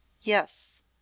Yes